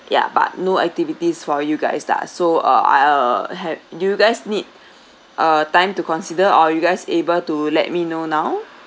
ya but no activities for you guys lah so uh I uh have do you guys need uh time to consider or are you guys able to let me know now